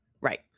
Right